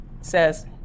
says